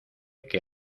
que